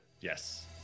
Yes